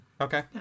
Okay